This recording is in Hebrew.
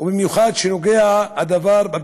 ובמיוחד כשהדבר נוגע